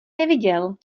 neviděl